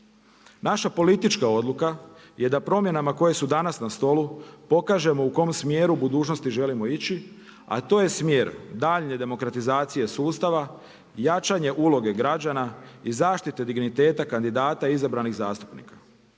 Naša politička odluka je da promjenama koje su danas na stolu pokažemo u kom smjeru budućnosti želimo ići, a to je smjer daljnje demokratizacije sustava, jačanje uloge građana i zaštite digniteta kandidata izabranih zastupnika.